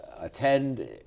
attend